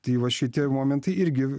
tai va šitie momentai irgi